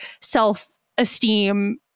self-esteem